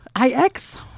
IX